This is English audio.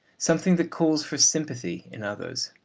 something that calls for sympathy in others.